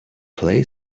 play